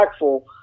impactful